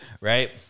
right